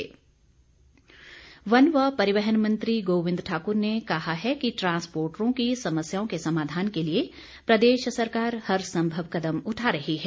गोविंद ठाकुर वन व परिवहन मंत्री गोविंद ठाकुर ने कहा है कि ट्रांसपोर्टरों की समस्याओं के समाधान के लिए प्रदेश सरकार हर सम्भव कदम उठा रही है